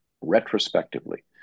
retrospectively